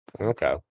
Okay